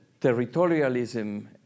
territorialism